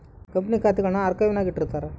ಕಂಪನಿಯ ಖಾತೆಗುಳ್ನ ಆರ್ಕೈವ್ನಾಗ ಇಟ್ಟಿರ್ತಾರ